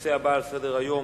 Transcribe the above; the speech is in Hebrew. הנושא הבא על סדר-היום: